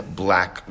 black